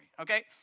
okay